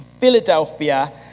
Philadelphia